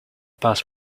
pass